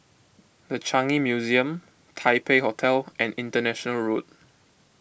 the Changi Museum Taipei Hotel and International Road